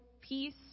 peace